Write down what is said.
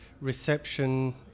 Reception